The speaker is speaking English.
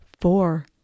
four